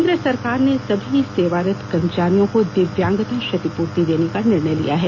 केंद्र सरकार ने सभी सेवारत कर्मचारियों को दिव्यांगता क्षतिपूर्ति देने का निर्णय लिया है